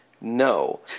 No